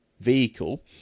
vehicle